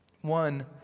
one